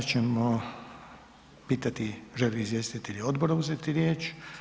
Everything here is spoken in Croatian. Sada ćemo pitati želi li izvjestitelji odbora uzeti riječ?